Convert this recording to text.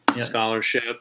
Scholarship